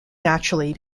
naturally